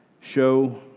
show